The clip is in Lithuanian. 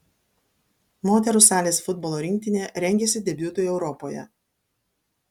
moterų salės futbolo rinktinė rengiasi debiutui europoje